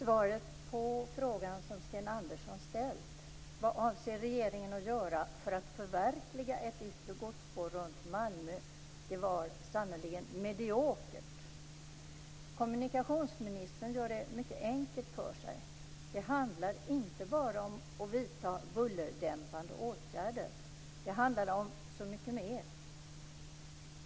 Herr talman! Sten Andersson ställde frågan: Vad avser regeringen att göra för att förverkliga ett yttre godsspår runt Malmö? Svaret på frågan var sannerligen mediokert. Kommunikationsministern gör det mycket enkelt för sig. Det handlar inte bara om att vidta bullerdämpande åtgärder. Det handlar om så mycket mer.